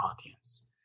audience